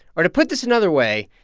or to put this another way,